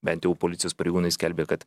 bent jau policijos pareigūnai skelbė kad